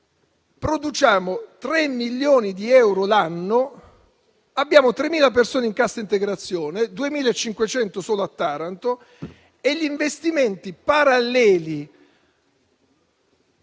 produciamo 3 milioni di euro l'anno e abbiamo 3.000 persone in cassa integrazione, 2.500 solo a Taranto. E gli investimenti paralleli